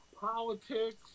politics